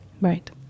Right